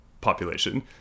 population